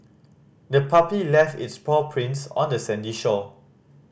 the puppy left its paw prints on the sandy shore